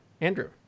Andrew